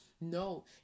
No